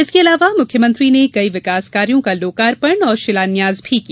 इसके अलावा मुख्यमंत्री ने कई विकास कार्यों का लोकार्पण और शिलान्यास भी किया